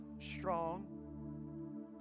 strong